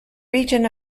region